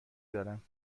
دارم